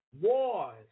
wars